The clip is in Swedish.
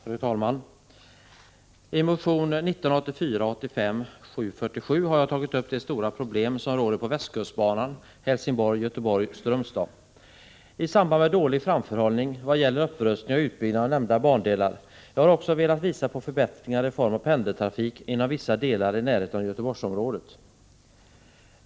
Fru talman! I motion 1984/85:747 har jag tagit upp de stora problem som råder på västkustbanan Helsingborg-Göteborg-Strömstad i samband med dålig framförhållning vad gäller upprustning och utbyggnad av nämnda bandelar. Jag har också velat visa på förbättringar i form av pendeltrafik inom vissa delar i närheten av Göteborgsområdet.